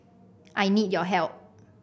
I need your help